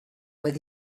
with